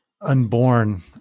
unborn